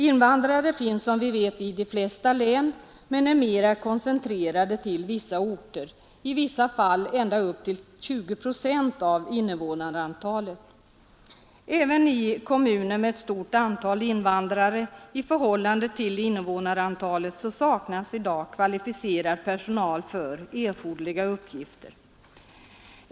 Invandrare finns i de flesta län, men de är mera koncentrerade till vissa orter, där de i vissa fall utgör ända upp till 20 procent av invånarantalet. Även i kommuner med ett stort antal invandrare i förhållande till invånarantalet saknas i dag kvalificerad personal för erforderliga uppgifter.